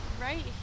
right